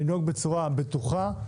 לנהוג בצורה בטוחה.